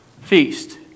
feast